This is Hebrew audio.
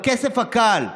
בכסף הקל,